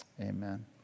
Amen